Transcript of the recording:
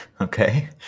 Okay